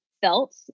felt